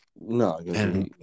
No